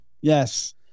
yes